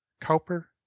Cowper